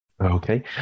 okay